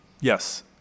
yes